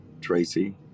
Tracy